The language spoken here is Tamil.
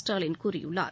ஸ்டாலின் கூறியுள்ளார்